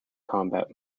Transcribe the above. combat